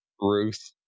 Ruth